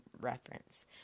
reference